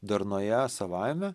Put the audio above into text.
darnoje savaime